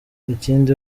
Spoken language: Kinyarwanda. ikindi